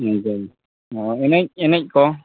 ᱦᱳᱭ ᱮᱱᱮᱡ ᱮᱱᱮᱡ ᱠᱚ